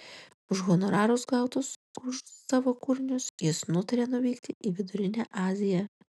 už honorarus gautus už savo kūrinius jis nutarė nuvykti į vidurinę aziją